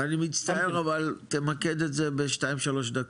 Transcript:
אני מצטער, אבל תמקד את זה ב-2-3 דקות.